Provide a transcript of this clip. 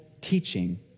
teaching